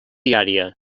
diària